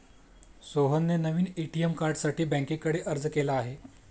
सोहनने नवीन ए.टी.एम कार्डसाठी बँकेकडे अर्ज केला आहे